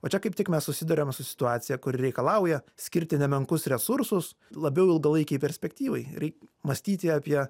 va čia kaip tik mes susiduriam su situacija kuri reikalauja skirti nemenkus resursus labiau ilgalaikei perspektyvai reik mąstyti apie